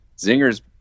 Zinger's